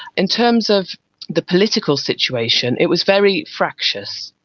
in terms of the political situation, it was very fractious,